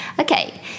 okay